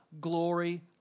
glory